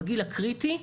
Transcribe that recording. בגיל הקריטי,